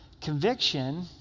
Conviction